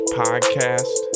podcast